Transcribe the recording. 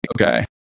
okay